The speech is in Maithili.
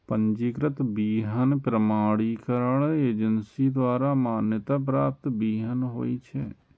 पंजीकृत बीहनि प्रमाणीकरण एजेंसी द्वारा मान्यता प्राप्त बीहनि होइ छै